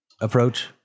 approach